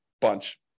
bunch